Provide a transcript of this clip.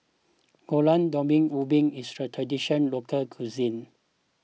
Gulai Daun Ubi is a tradition local cuisine